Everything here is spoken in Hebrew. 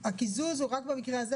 הקיזוז הוא רק במקרה הזה.